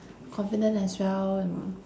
confident as well and